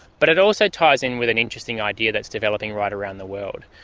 but it also ties in with an interesting idea that is developing right around the world.